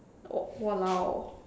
oh !walao!